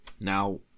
Now